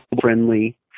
friendly